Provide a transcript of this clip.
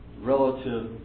relative